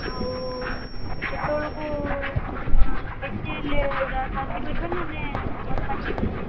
ଆଉ କେତବେଳକୁ ବେଶୀ ହେଲେ ରାତି କରିବାନି ମାନେ ଘରେ ପାଟି କରିବେ